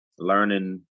learning